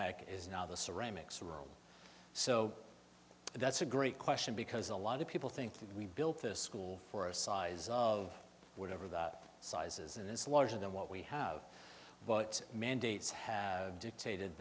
ec is now the ceramics world so that's a great question because a lot of people think that we built this school for a size of whatever the sizes and it's larger than what we have but mandates have dictated